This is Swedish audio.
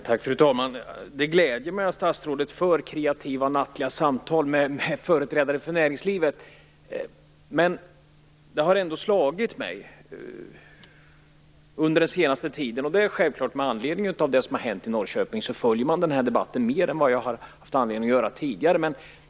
Fru talman! Det gläder mig att statsrådet för kreativa nattliga samtal med företrädare för näringslivet. Med anledning av det som har hänt i Norrköping följer jag debatten mer än vad jag har haft anledning att göra tidigare.